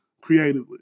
creatively